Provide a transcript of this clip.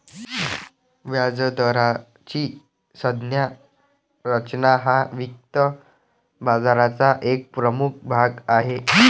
व्याजदराची संज्ञा रचना हा वित्त बाजाराचा एक प्रमुख भाग आहे